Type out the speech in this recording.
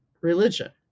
religion